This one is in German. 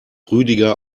rüdiger